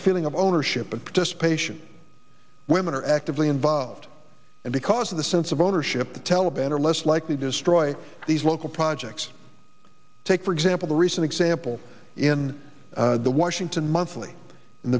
a feeling of ownership of participation women are actively involved and because of the sense of ownership the taliban are less likely to destroy these local projects take for example the recent example in the washington monthly